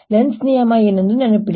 Lenz ನಿಯಮ ಏನೆಂದು ನೆನಪಿಡಿ